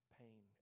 pain